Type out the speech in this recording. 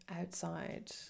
outside